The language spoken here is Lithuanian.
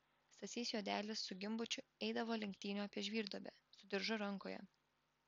stasys juodelis su gimbučiu eidavo lenktynių apie žvyrduobę su diržu rankoje